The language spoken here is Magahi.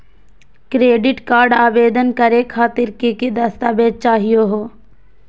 क्रेडिट कार्ड आवेदन करे खातिर की की दस्तावेज चाहीयो हो?